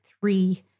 three